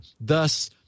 Thus